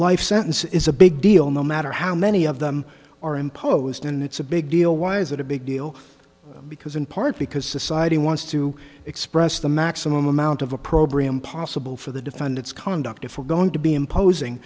life sentence is a big deal no matter how many of them are imposed and it's a big deal why is it a big deal because in part because he wants to express the maximum amount of opprobrium possible for the defendant's conduct if we're going to be imposing